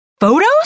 Photos